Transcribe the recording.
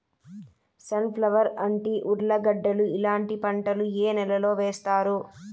Sun flower, అంటి, ఉర్లగడ్డలు ఇలాంటి పంటలు ఏ నెలలో వేస్తారు?